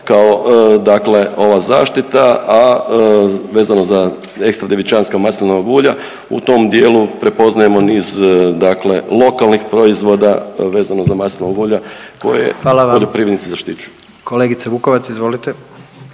dakle ova zaštita, a vezano za ekstra djevičanska maslinova ulja u tom dijelu prepoznajemo niz, dakle lokalnih proizvoda vezano za maslinova ulja koje … …/Upadica